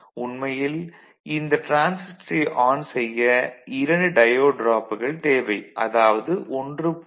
உண்மையில் இங்கு டிரான்சிஸ்டரை ஆன் செய்ய இரண்டு டயோடு டிராப்கள் தேவை அதாவது 1